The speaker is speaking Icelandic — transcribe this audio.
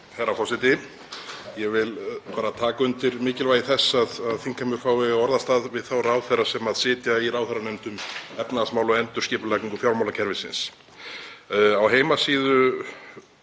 Herra forseti. Ég vil bara taka undir mikilvægi þess að þingheimur fái að eiga orðastað við þá ráðherra sem sitja í ráðherranefnd um efnahagsmál og endurskipulagningu fjármálakerfisins. Á heimasíðu